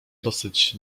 dosyć